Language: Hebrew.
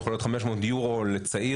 יכול להיות 500 יורו לצעיר,